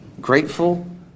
grateful